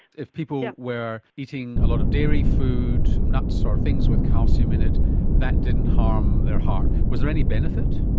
if people were eating a lot of dairy food, food, um nuts or things with calcium in it that didn't harm their heart. was there any benefit?